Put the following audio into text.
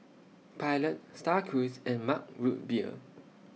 Pilot STAR Cruise and Mug Root Beer